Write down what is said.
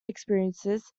experiences